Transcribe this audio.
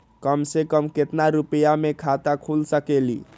कम से कम केतना रुपया में खाता खुल सकेली?